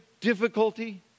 difficulty